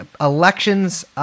elections